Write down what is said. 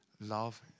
love